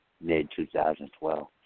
mid-2012